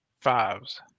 fives